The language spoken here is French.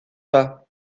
pas